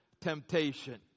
temptation